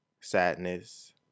sadness